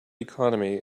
economy